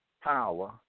power